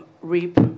REAP